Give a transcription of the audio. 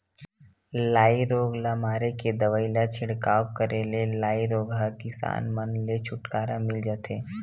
लाई रोग ल मारे के दवई ल छिड़काव करे ले लाई रोग ह किसान मन ले छुटकारा मिल जथे